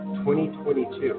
2022